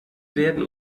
werden